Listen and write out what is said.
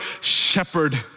shepherd